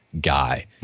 guy